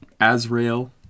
Azrael